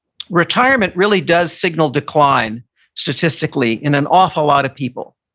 retirement really does signal decline statistically, in an awful lot of people.